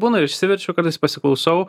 būna ir išsiverčiu kartais pasiklausau